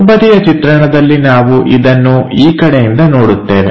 ಮುಂಬದಿಯ ಚಿತ್ರಣದಲ್ಲಿ ನಾವು ಇದನ್ನು ಈ ಕಡೆಯಿಂದ ನೋಡುತ್ತೇವೆ